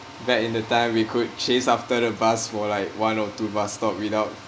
back in the time we could chase after the bus for like one or two bus stop without